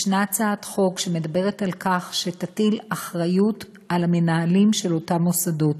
ישנה הצעת חוק שמדברת על כך שתטיל אחריות על המנהלים של אותם מוסדות,